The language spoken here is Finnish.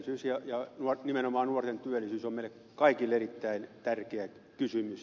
työllisyys ja nimenomaan nuorten työllisyys on meille kaikille erittäin tärkeä kysymys